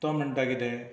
तो म्हणटा कितें